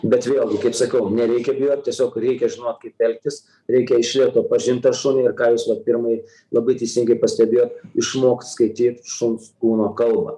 bet vėlgi kaip sakau nereikia bijot tiesiog reikia žinot kaip elgtis reikia iš lėto pažint tą šunį ir ką jūs vat pirmai labai teisingai pastebėjot išmokt skaityt šuns kūno kalbą